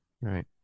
Right